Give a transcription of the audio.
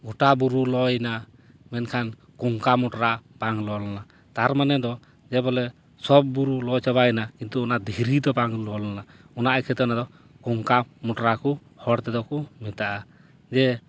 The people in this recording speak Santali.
ᱜᱚᱴᱟ ᱵᱩᱨᱩ ᱞᱚᱭᱱᱟ ᱢᱮᱱᱠᱷᱟᱱ ᱠᱚᱝᱠᱟ ᱢᱚᱴᱨᱟ ᱵᱟᱝ ᱞᱚ ᱞᱮᱱᱟ ᱛᱟᱨ ᱢᱟᱱᱮ ᱫᱚ ᱡᱮ ᱵᱚᱞᱮ ᱥᱚᱵᱽ ᱵᱩᱨᱩ ᱞᱚ ᱪᱟᱵᱟᱭᱱᱟ ᱠᱤᱱᱛᱩ ᱚᱱᱟ ᱫᱷᱤᱨᱤ ᱫᱚ ᱵᱟᱝ ᱞᱚ ᱞᱮᱱᱟ ᱚᱱᱟ ᱤᱠᱟᱹᱛᱮ ᱚᱱᱟᱫᱚ ᱠᱚᱝᱠᱟ ᱢᱚᱴᱨᱟ ᱠᱚ ᱦᱚᱲ ᱛᱮᱫᱚ ᱠᱚ ᱢᱮᱛᱟᱜᱼᱟ ᱡᱮ